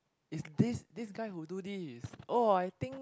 it's this this guy who do this oh I think